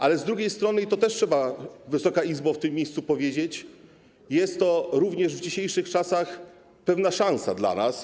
Ale z drugiej strony - i to też trzeba, Wysoka Izbo, w tym miejscu powiedzieć - jest to również w dzisiejszych czasach pewna szansa dla nas.